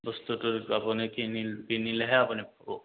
বস্তুটো আপুনি কিনিল কিনিলেহে আপুনি পাব